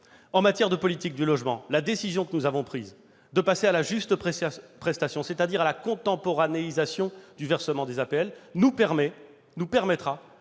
en matière de politique du logement, la décision que nous avons prise de passer à la juste prestation, c'est-à-dire à la « contemporanéisation » du versement des APL, nous permettra